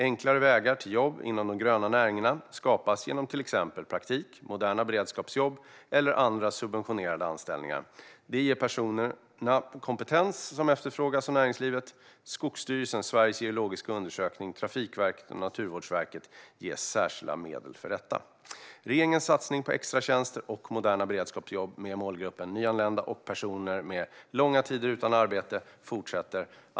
Enklare vägar till jobb inom de gröna näringarna skapas genom till exempel praktik, moderna beredskapsjobb eller andra subventionerade anställningar. Det ger personerna kompetens som efterfrågas av näringslivet. Skogsstyrelsen, Sveriges geologiska undersökning, Trafikverket och Naturvårdsverket ges särskilda medel för detta. Regeringens satsning på extratjänster och moderna beredskapsjobb med målgruppen nyanlända och personer med långa tider utan arbete fortsätter.